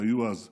שהיו אז מירדן.